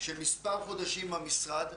של מספר חודשים עם המשרד,